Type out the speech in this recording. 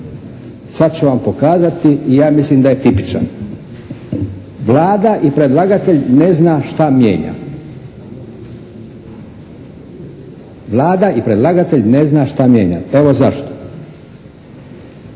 sad ću vam pokazati i ja mislim da je tipičan. Vlada i predlagatelj ne zna šta mijenja. Evo zašto. U obrazloženju kad sam